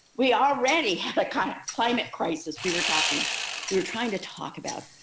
we already have a kind of climate crisis. we were talking, we were trying to talk about,